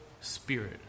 spirit